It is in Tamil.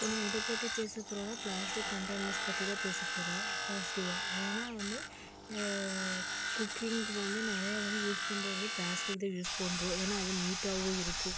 இப்போ நான் எதை பற்றி பேச போறேன்னா பிளாஸ்டிக் கண்டைனர்ஸ் பற்றி தான் பேச போகிறேன் பாசிட்டிவ்வாக ஏன்னா வந்து குக்கிங்க்கு வந்து நிறையா வந்து யூஸ் பண்ணுறது பிளாஸ்டிக் தான் யூஸ் பண்ணுறோம் ஏன்னா அது நீட்டாகவும் இருக்கும்